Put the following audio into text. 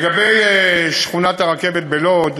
לגבי שכונת הרכבת בלוד,